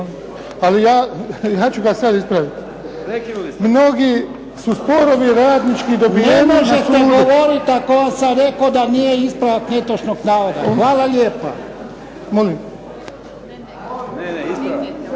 Ali ja ću ga sad ispraviti. Mnogi su sporovi radnički dobiveni ... **Jarnjak, Ivan (HDZ)** Ne možete govoriti ako sam vam rekao da nije ispravak netočnog navoda. Hvala lijepa. Mi za sve moramo,